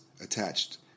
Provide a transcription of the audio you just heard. attached